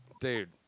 dude